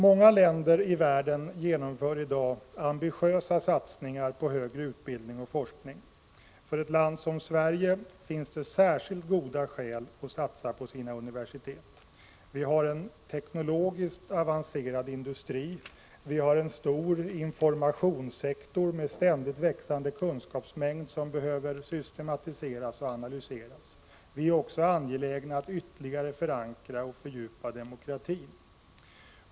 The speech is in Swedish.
Många länder i världen genomför i dag ambitiösa satsningar på högre utbildning och forskning. För ett land som Sverige finns det särskilt goda skäl att satsa på sina universitet. Vi har en teknologiskt avancerad industri. Vi har en stor informationssektor med ständigt växande kunskapsmängd som behöver systematiseras och analyseras. Vi är också angelägna att ytterligare förankra och fördjupa demokratin.